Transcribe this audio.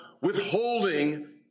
withholding